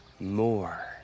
more